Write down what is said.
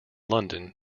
london